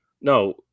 No